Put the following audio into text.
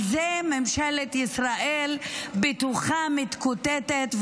על זה ממשלת ישראל בתוכה מתקוטטת,